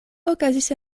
okazis